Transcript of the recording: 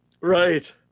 right